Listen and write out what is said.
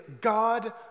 God